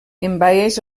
envaeix